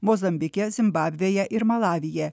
mozambike zimbabvėje ir malavyje